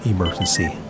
Emergency